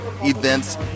events